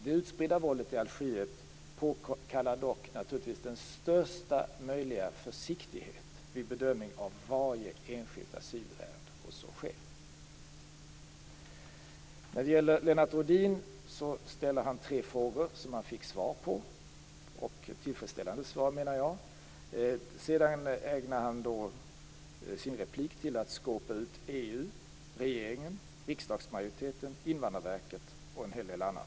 Det utspridda våldet i Algeriet påkallar naturligtvis största möjliga försiktighet vid bedömningen av varje enskilt asylärende, och så sker. Lennart Rohdin ställde tre frågor, på vilka han fått svar - tillfredsställande sådana, menar jag. Han ägnar sitt andra inlägg åt att skåpa ut EU, regeringen, riksdagsmajoriteten, Invandrarverket och en hel del annat.